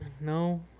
No